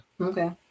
Okay